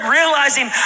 realizing